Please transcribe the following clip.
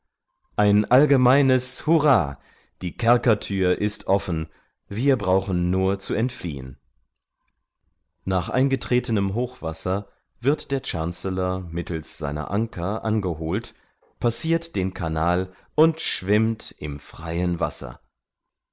ein allgemeines hurrah die kerkerthür ist offen wir brauchen nur zu entfliehen nach eingetretenem hochwasser wird der chancellor mittels seiner anker angeholt passirt den canal und schwimmt im freien wasser